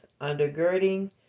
undergirding